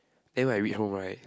then when I reach home right